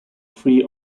free